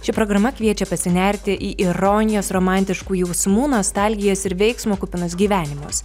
ši programa kviečia pasinerti į ironijos romantiškų jausmų nostalgijos ir veiksmo kupinus gyvenimus